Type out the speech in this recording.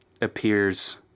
appears